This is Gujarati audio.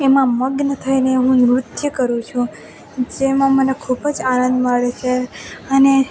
એમાં મગ્ન થઈને હું નૃત્ય કરું છું જેમાં મને ખૂબ જ આનંદ મળે છે અને